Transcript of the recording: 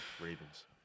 Ravens